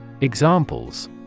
Examples